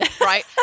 right